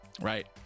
Right